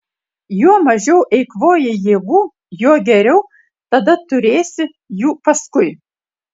juo mažiau eikvoji jėgų juo geriau tada turėsi jų paskui